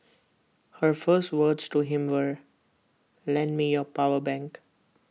her first words to him were lend me your power bank